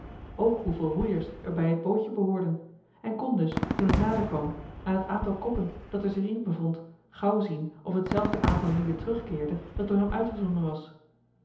ook hoeveel roeiers er bij het bootje behoorden en kon dus toen het nader kwam aan het aantal koppen dat er zich in bevond gauw zien of hetzelfde aantal lieden terugkeerde dat door hem uitgezonden was